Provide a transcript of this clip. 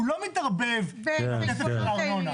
הוא לא מתערבב בכסף של הארנונה.